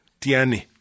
Tiani